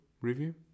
review